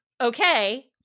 okay